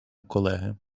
колеги